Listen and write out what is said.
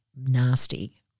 nasty